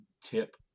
tip